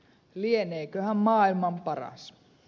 lieneeköhän maailman paras